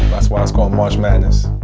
that's why it's called march madness